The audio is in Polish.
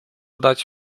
dać